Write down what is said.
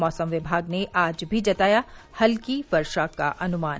मौसम विभाग ने आज भी जताया हल्की वर्षा का अनुमान